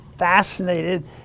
Fascinated